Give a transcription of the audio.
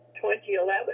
2011